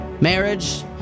Marriage